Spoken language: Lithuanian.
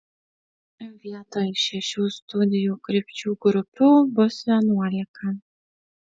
vietoj šešių studijų krypčių grupių bus vienuolika